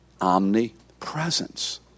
omnipresence